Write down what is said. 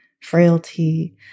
frailty